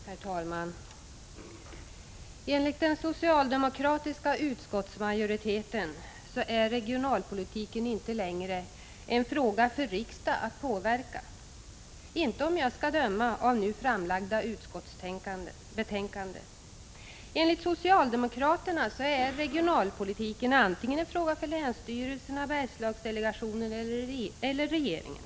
Herr talman! Enligt den socialdemokratiska utskottsmajoriteten är regionalpolitiken — av det nu framlagda utskottsbetänkandet att döma — inte längre en fråga för riksdagen. Enligt socialdemokraterna är regionalpolitiken en fråga antingen för länsstyrelserna eller för Bergslagsdelegationen eller för regeringen.